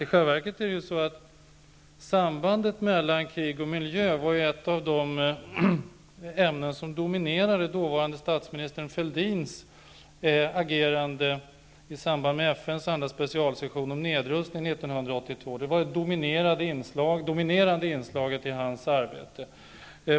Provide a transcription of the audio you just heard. I själva verket är det så att sambandet mellan krig och miljö var ett av de ämnen som dominerade dåvarande statsministern Fälldins agerande i samband med FN:s andra specialsession om nedrustning 1982. Det var det dominerande inslaget i hans arbete.